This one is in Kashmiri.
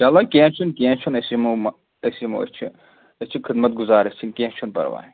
چلو کینٛہہ چھُنہٕ کینٛہہ چھُنہٕ أسۍ یِمو مہ أسۍ یِمو أسۍ چھِ أسی چھِ خدمت گُزار أسۍ چھِ کینٛہہ چھُنہٕ پَرواے